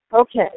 okay